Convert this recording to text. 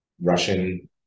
Russian